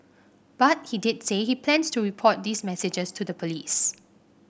but he did say he plans to report these messages to the police